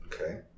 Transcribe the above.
Okay